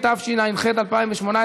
התשע"ח 2018,